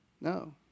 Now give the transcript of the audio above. No